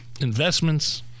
investments